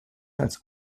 als